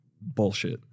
bullshit